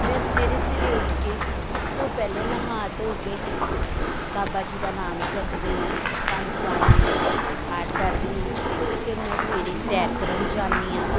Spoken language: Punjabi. ਮੈਂ ਸਵੇਰੇ ਸਵੇਰੇ ਉੱਠ ਕੇ ਸਭ ਤੋਂ ਪਹਿਲੇ ਨਹਾ ਧੋਹ ਕੇ ਬਾਬਾ ਜੀ ਦਾ ਨਾਮ ਜਪਦੀ ਹਾਂ ਪੰਜ ਬਾਣੀਆਂ ਪਾਠ ਕਰਦੀ ਹਾਂ ਫਿਰ ਮੈਂ ਸਵੇਰੇ ਸੈਰ ਕਰਨ ਜਾਂਦੀ ਹਾਂ